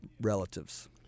relatives